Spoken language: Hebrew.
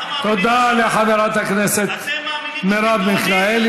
אנחנו מאמינים, תודה לחברת הכנסת מרב מיכאלי.